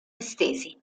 estesi